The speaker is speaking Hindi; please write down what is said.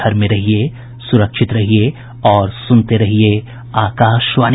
घर में रहिये सुरक्षित रहिये और सुनते रहिये आकाशवाणी